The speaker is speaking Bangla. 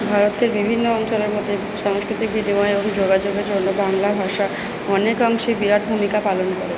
ভারতের বিভিন্ন অঞ্চলের মধ্যে সাংস্কৃতিক বিনিময়ের মধ্যে যোগাযোগের জন্য বাংলা ভাষা অনেকাংশেই বিরাট ভূমিকা পালন করে